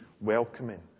welcoming